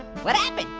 what happened?